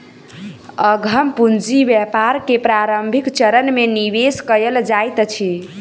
उद्यम पूंजी व्यापार के प्रारंभिक चरण में निवेश कयल जाइत अछि